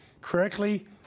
correctly